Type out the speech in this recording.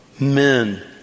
men